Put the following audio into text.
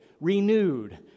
renewed